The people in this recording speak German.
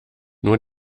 nur